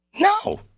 No